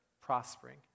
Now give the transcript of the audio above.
prospering